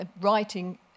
writing